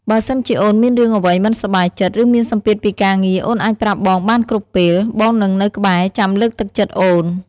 បើសិនជាអូនមានរឿងអ្វីមិនសប្បាយចិត្ត ឬមានសម្ពាធពីការងារ អូនអាចប្រាប់បងបានគ្រប់ពេល បងនឹងនៅក្បែរចាំលើកទឹកចិត្តអូន។